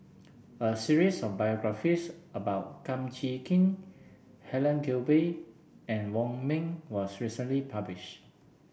a series of biographies about Kum Chee Kin Helen Gilbey and Wong Ming was recently published